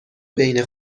بین